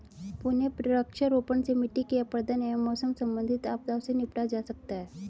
पुनः वृक्षारोपण से मिट्टी के अपरदन एवं मौसम संबंधित आपदाओं से निपटा जा सकता है